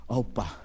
Opa